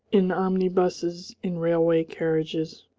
in omnibuses, in railway carriages,